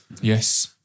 Yes